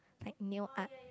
like nail art